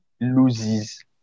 loses